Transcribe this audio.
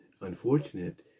unfortunate